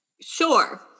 sure